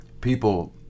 people